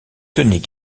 tenait